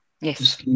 yes